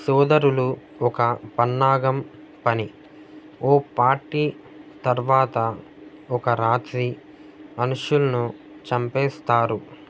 సోదరులు ఒక పన్నాగం పన్ని ఓ పార్టీ తర్వాత ఒక రాత్రి మనుషులను చంపేస్తారు